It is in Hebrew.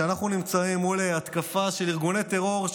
כשאנחנו נמצאים מול התקפה של ארגוני טרור,